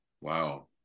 Wow